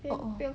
orh